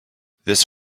this